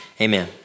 Amen